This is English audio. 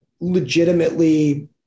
legitimately